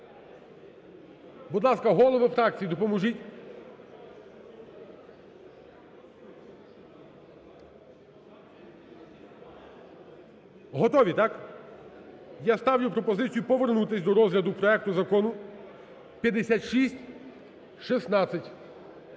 Будь ласка, голови фракцій допоможіть. Готові, так? Я ставлю пропозицію повернутись до розгляду проекту Закону 5616.